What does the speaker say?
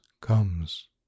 Comes